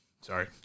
sorry